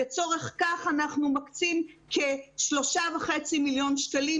לצורך כך אנחנו מקצים כשלושה מיליון שקלים